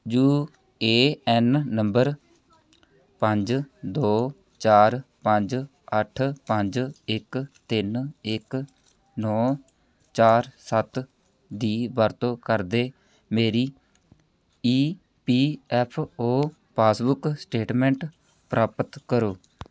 you A N number ਪੰਜ ਦੋ ਚਾਰ ਪੰਜ ਅੱਠ ਪੰਜ ਇੱਕ ਤਿੰਨ ਇੱਕ ਨੌਂ ਚਾਰ ਸੱਤ ਦੀ ਵਰਤੋਂ ਕਰਦੇ ਮੇਰੀ E P F O passbook statement ਪ੍ਰਾਪਤ ਕਰੋ